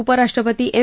उपराष्ट्रपती एम